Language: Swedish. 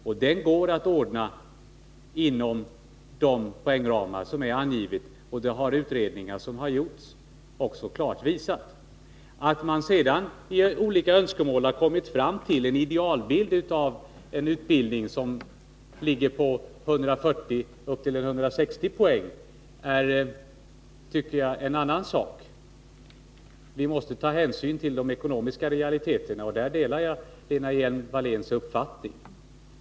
En sådan går att ordna inom de poängramar som är angivna. Det har gjorda utredningar klart visat. Att man sedan i olika sammanhang kommit fram till en idealbild av en utbildning, som ger 140-160 poäng, tycker jag är en annan sak. Vi måste ta hänsyn till de ekonomiska realiteterna. I det avseendet delar jag Lena Hjelm-Walléns uppfattning.